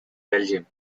belgium